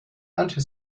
anti